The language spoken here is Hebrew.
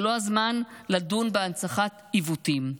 זה לא הזמן לדון בהנצחת עיוותים.